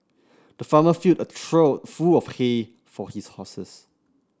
the farmer filled a trough full of hay for his horses